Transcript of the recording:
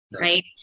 right